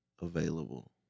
available